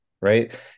Right